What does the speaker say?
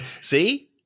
See